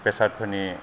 बेसादफोरनि